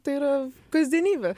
tai yra kasdienybė